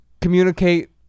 communicate